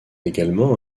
également